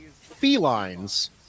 felines